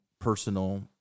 personal